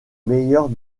meilleures